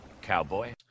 cowboy